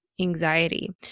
Anxiety